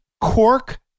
cork